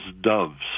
doves